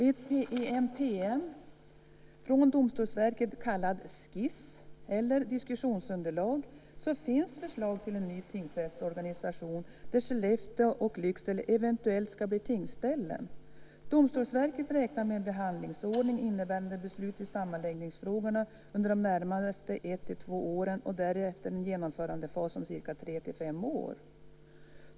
I en PM från Domstolsverket, som kallas skiss eller diskussionsunderlag, finns förslag till en ny tingsrättsorganisation där Skellefteå och Lycksele eventuellt ska bli tingsställen. Domstolsverket räknar med en behandlingsordning innebärande beslut i sammanläggningsfrågorna under de närmaste ett-två åren och därefter en genomförandefas på tre-fem år.